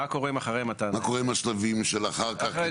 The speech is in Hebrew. מה קורה עם השלבים שאחר כך?